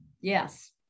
yes